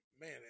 man